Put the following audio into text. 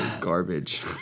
garbage